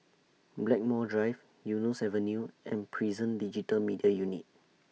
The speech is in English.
Blackmore Drive Eunos Avenue and Prison Digital Media Unit